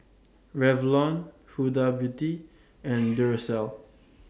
Revlon Huda Beauty and Duracell